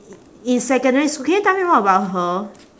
in secondary school can you tell me more about her